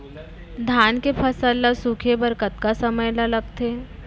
धान के फसल ल सूखे बर कतका समय ल लगथे?